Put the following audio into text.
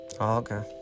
okay